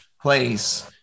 place